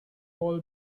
all